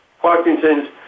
Parkinson's